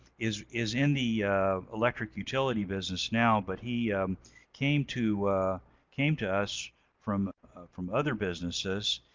is is in the electric utility business now, but he came to came to us from from other businesses.